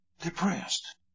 Depressed